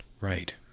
Right